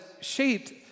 shaped